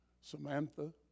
Samantha